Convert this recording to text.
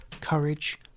courage